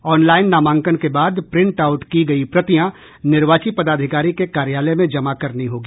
online नामांकन के बाद प्रिंट आउट की गयी प्रतियां निर्वाची पदाधिकारी के कार्यालय में जमा करनी होगी